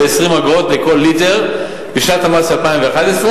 ב-20 אגורות לכל ליטר בשנת המס 2011,